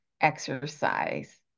exercise